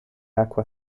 acqua